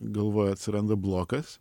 galvoj atsiranda blokas